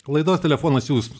laidos telefonas jūs